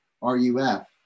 RUF